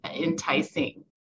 enticing